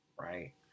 right